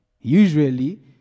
Usually